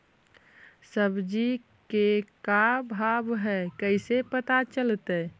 सब्जी के का भाव है कैसे पता चलतै?